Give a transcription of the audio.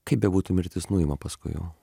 kaip bebūtų mirtis nuima paskui jau